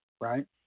right